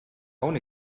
own